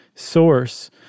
source